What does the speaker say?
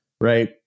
Right